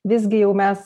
visgi jau mes